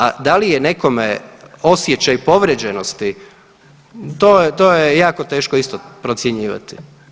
A da li je nekome osjećaj povrijeđenosti to, to je jako teško isto procjenjivati.